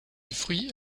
fruit